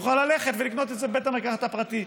הוא יוכל ללכת ולקנות את זה בבית המרקחת הפרטי.